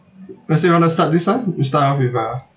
lester you want to start this one we start off with ah